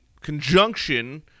conjunction